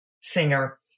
singer